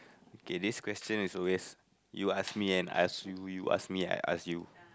kay this question is always you ask me and I ask you you ask me and I ask you